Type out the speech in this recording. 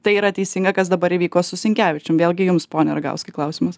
tai yra teisinga kas dabar įvyko su sinkevičium vėlgi jums pone rgauskai klausimas